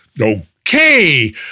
Okay